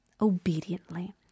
obediently